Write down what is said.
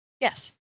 Yes